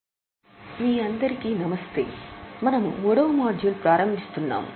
తరుగుదల మీ అందరికీ నమస్తే మనము 3 వ మాడ్యూల్ ప్రారంభిస్తున్నాము